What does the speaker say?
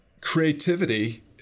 creativity